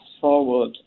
forward